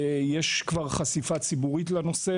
יש כבר חשיפה ציבורית לנושא,